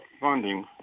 funding